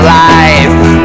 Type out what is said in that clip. life